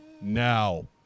now